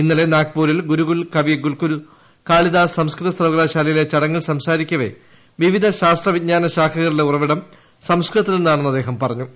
ഇന്നലെ നാഗ്പൂരിൽ ഗുരുകുൽ കവികുൽഗുരു കാളിദാസ് സംസ്കൃത സർവകലാശാലയിലെ ചടങ്ങിൽ സംസാരിക്കവെ വിവിധ ശാസ്ത്ര വിജ്ഞാന ശാഖകളുടെ ഉറവിടം സംസ്കൃതത്തിൽ നിന്നാണെന്ന് അദ്ദേഹം പറഞ്ഞു